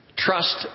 Trust